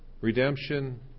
redemption